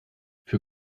für